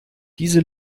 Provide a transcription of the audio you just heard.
diese